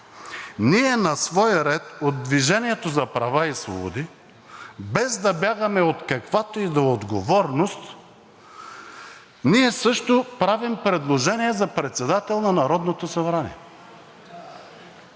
ние на свой ред от „Движение за права и свободи“ – без да бягаме от каквато и да е отговорност, ние също правим предложение за председател на Народното събрание